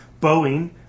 Boeing